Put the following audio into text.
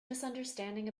misunderstanding